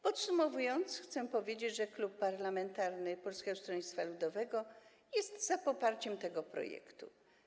Podsumowując, chcę powiedzieć, że Klub Parlamentarny Polskiego Stronnictwa Ludowego jest za poparciem tego projektu.